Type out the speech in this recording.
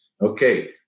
okay